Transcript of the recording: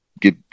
get